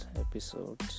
episode